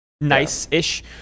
nice-ish